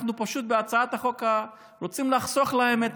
אנחנו בהצעת החוק פשוט רוצים לחסוך להם את